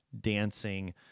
dancing